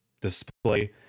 display